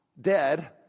dead